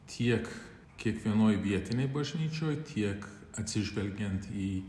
tiek kiekvienoj vietinėj bažnyčioj tiek atsižvelgiant į